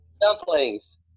dumplings